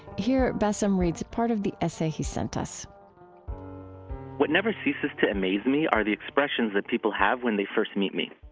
here basem um reads part of the essay he sent us what never ceases to amaze me are the expressions that people have when they first meet me.